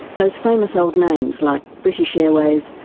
those famous old names like british airways,